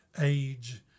age